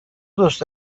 دوست